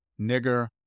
nigger